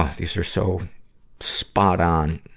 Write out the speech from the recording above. ah these are so spot on,